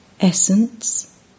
Essence